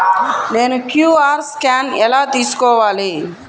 నేను QR scan ఎలా తీసుకోవాలి?